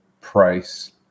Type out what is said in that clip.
price